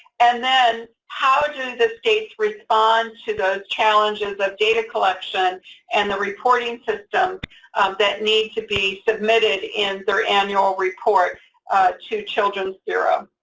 and then how do the states respond to those challenges of data collection and the reporting system that need to be submitted in their annual report to children's bureau?